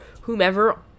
whomever